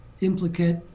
implicate